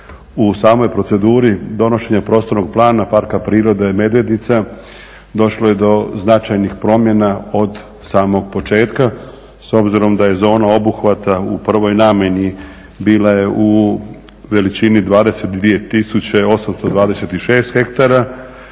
U samoj proceduri donošenja Prostornog plana Parka prirode Medvednica došlo je do značajnih promjena od samog početka s obzirom da je zona obuhvata u prvoj namjeni, bila je u veličini 22.826 hektara